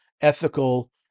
ethical